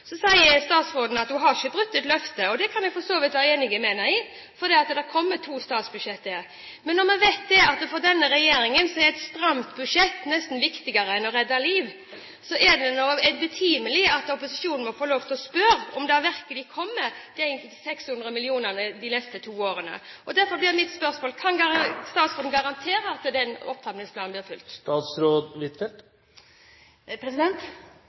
det kan jeg for så vidt være enig med henne i, for det kommer to statsbudsjetter til. Men når vi vet at for denne regjeringen er et stramt budsjett nesten viktigere enn å redde liv, er det betimelig at opposisjonen får lov til å spørre om det virkelig kommer 600 mill. kr de neste to årene. Derfor blir mitt spørsmål: Kan statsråden garantere at den opptrappingsplanen blir